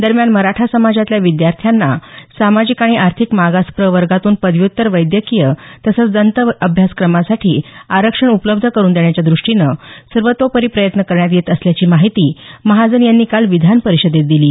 दरम्यान मराठा समाजातल्या विद्यार्थ्यांना सामाजिक आणि आर्थिक मागास प्रवर्गातून पदव्युत्तर वैद्यकीय तसंच दंत अभ्यासक्रमांसाठी आरक्षण उपलब्ध करुन देण्याच्या दृष्टीनं सर्वतोपरी प्रयत्न करण्यात येत असल्याची माहिती महाजन यांनी काल विधानपरिषदेत दिली